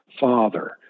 father